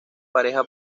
pareja